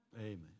Amen